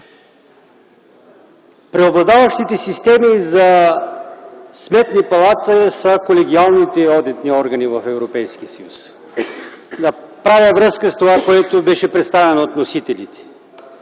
Преобладаващите системи за сметни палати са колегиалните одитни органи в Европейския съюз. Правя връзка с това, което беше представено от вносителите.